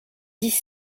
dix